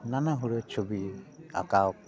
ᱱᱟᱱᱟ ᱦᱩᱱᱟᱹᱨ ᱪᱷᱩᱵᱤ ᱟᱸᱠᱟᱣ